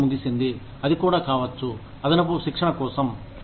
సమయం ముగిసింది అది కూడా కావచ్చు అదనపు శిక్షణ కోసం